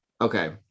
Okay